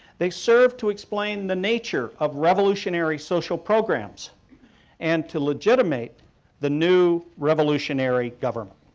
they served to explain the nature of revolutionary social programs and to legitimate the new revolutionary government.